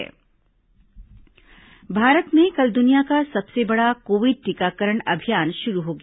corona टीकाकरण भारत में कल दुनिया का सबसे बड़ा कोविड टीकाकरण अभियान शुरू हो गया